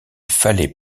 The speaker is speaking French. fallait